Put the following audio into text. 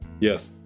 Yes